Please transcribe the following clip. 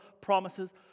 promises